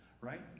right